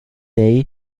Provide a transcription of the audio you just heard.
bay